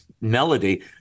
melody